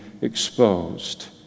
exposed